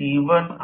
उर्जा घातली पाहिजे